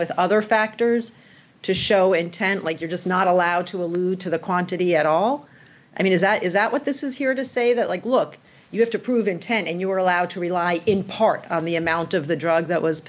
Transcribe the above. with other factors to show intent like you're just not allowed to allude to the quantity at all i mean is that is that what this is here to say that like look you have to prove intent and you were allowed to rely in part on the amount of the drug that was